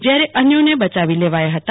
જયારે અન્યોને બયાવી લેવાયા હતા